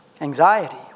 Anxiety